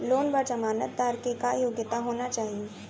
Loan बर जमानतदार के का योग्यता होना चाही?